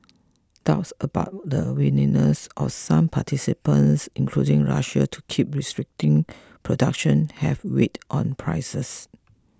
doubts about the willingness of some participants including Russia to keep restricting production have weighed on prices